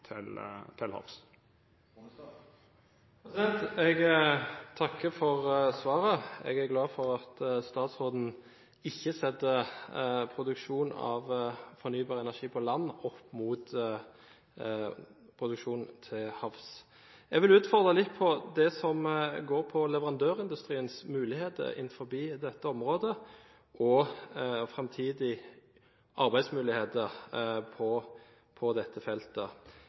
til havs. Jeg takker for svaret. Jeg er glad for at statsråden ikke setter produksjon av fornybar energi på land opp mot produksjon til havs. Jeg vil utfordre litt på det som går på leverandørindustriens muligheter og framtidige arbeidsmuligheter på dette området. Det er rett at dette